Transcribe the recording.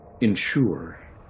ensure